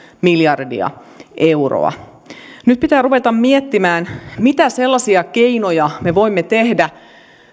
miljardia euroa nyt pitää ruveta miettimään mitä sellaisia keinoja me voimme tehdä